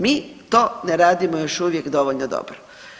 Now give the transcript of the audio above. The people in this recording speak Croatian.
Mi to ne radimo još uvijek dovoljno dobro.